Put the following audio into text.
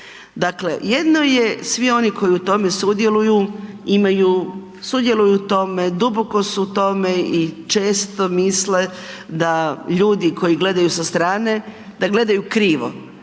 Dakle, jedno je svi oni koji u tome sudjeluju imaju, sudjeluju u tome, duboko su u tome i često misle da ljudi koji gledaju sa strane da gledaju krivo,